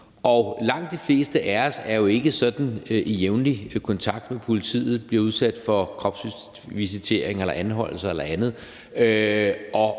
langt de fleste af os er jo ikke sådan i jævnlig kontakt med politiet, bliver udsat for kropsvisitationer eller anholdelser